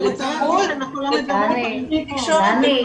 דני,